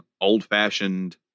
old-fashioned